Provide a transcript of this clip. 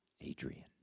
Adrian